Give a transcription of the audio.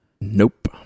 Nope